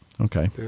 okay